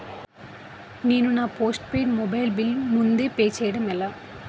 నేను నా postpaid mobile bill ముందే పే చేయడం ఎలా?